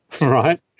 Right